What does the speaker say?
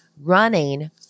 running